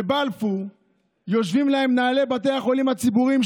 בבלפור יושבים להם מנהלי בתי החולים הציבוריים,